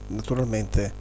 naturalmente